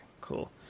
cool